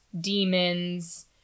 demons